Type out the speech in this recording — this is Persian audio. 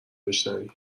بشنوی